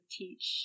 teach